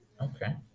Okay